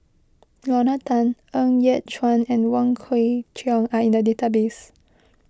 Lorna Tan Ng Yat Chuan and Wong Kwei Cheong are in the database